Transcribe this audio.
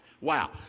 Wow